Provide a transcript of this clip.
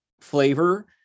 flavor